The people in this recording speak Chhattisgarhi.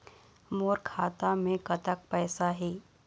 मोर खाता मे कतक पैसा हे?